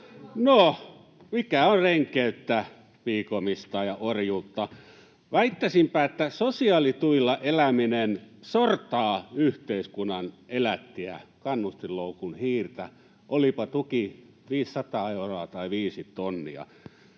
No, mikä on renkeyttä, piikomista ja orjuutta? Väittäisinpä, että sosiaalituilla eläminen sortaa yhteiskunnan elättiä, kannustinloukun hiirtä, olipa tuki 500 euroa tai viisi tonnia.